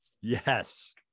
yes